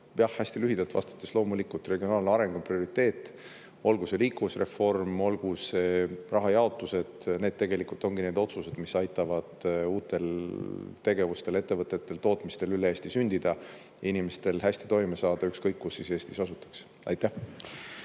Hästi lühidalt vastates, loomulikult, regionaalareng on prioriteet, olgu see liikuvusreform, olgu see rahajaotus. Need tegelikult ongi need otsused, mis aitavad uutel tegevustel, ettevõtetel, tootmistel üle Eesti sündida, inimestel hästi toime saada, ükskõik kus siis Eestis asutaks. Aitäh,